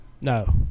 No